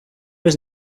was